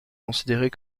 considérés